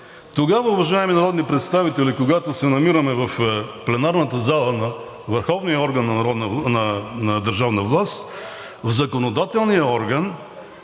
Тогава, уважаеми народни представители, когато се намираме в пленарната зала на върховния орган на държавната власт, законодателният орган,